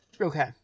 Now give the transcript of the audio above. Okay